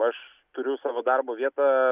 aš turiu savo darbo vietą